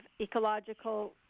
ecological